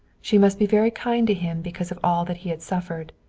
she must be very kind to him because of all that he had suffered.